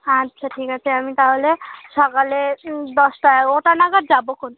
আচ্ছা ঠিক আছে আমি তাহলে সকালে দশটা এগারোটা নাগাদ যাবখন